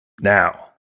Now